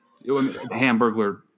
Hamburglar